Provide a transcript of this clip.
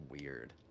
weird